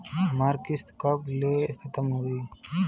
हमार किस्त कब ले खतम होई?